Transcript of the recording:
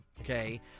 okay